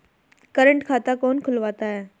Current खाता कौन खुलवाता है?